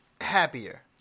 happier